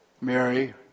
Mary